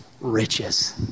riches